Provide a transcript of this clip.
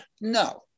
No